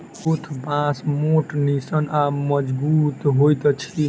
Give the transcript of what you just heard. हरोथ बाँस मोट, निस्सन आ मजगुत होइत अछि